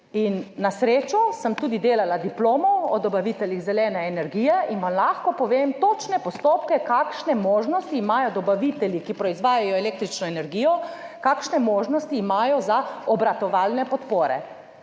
In na srečo sem tudi delala diplomo o dobaviteljih zelene energije in vam lahko povem točne postopke, kakšne možnosti imajo dobavitelji, ki proizvajajo električno energijo, kakšne možnosti imajo za obratovalne podpore.